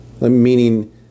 Meaning